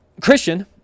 Christian